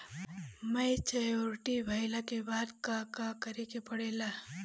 Maturity भईला के बाद का करे के पड़ेला?